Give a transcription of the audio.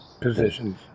positions